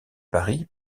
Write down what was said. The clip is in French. paris